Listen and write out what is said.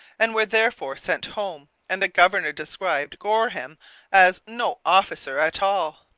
and were therefore sent home and the governor described goreham as no officer at all